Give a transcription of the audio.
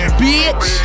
bitch